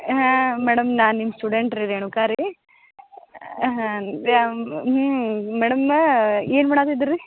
ಹಾಂ ಮೇಡಮ್ ನಾ ನಿಮ್ಮ ಸ್ಟೂಡೆಂಟ್ ರೀ ರೇಣುಕಾ ರೀ ಹಾಂ ಮೇಡಮ್ಮ ಏನು ಮಾಡತ್ ಇದ್ದೀರ್ರಿ